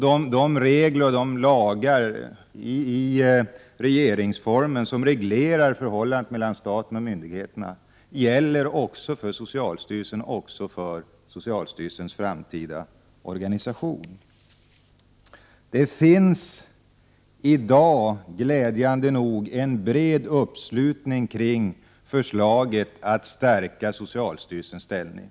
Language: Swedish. De bestämmelser i regeringsformen som reglerar förhållandet mellan statsmakterna och myndigheterna gäller också för socialstyrelsen och för socialstyrelsens framtida organisation. Det finns i dag glädjande nog en bred uppslutning kring förslaget att stärka socialstyrelsens ställning.